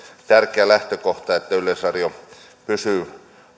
tärkeä lähtökohta että yleisradio pysyy